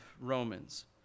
Romans